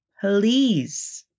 Please